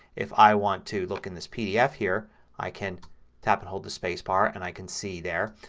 if i want to look in this pdf here i can tap and hold the spacebar and i can see there.